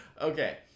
Okay